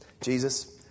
Jesus